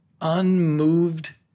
Unmoved